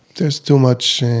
there's too much,